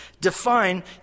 Define